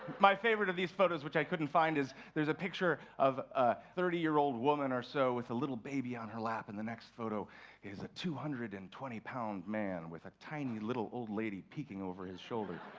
my favorite of these photos, which i couldn't find, is there's a picture of a thirty year-old woman or so with a little baby on her lap, and the next photo is a two hundred and twenty lb man with a tiny, little old lady peaking over his shoulder.